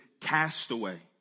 Castaway